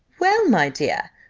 well, my dear,